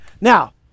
Now